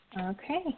Okay